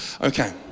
Okay